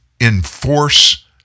enforce